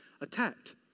attacked